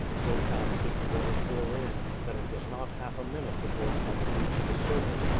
so fast did the water pour in, that it was not half a minute before the bucket reached the surface,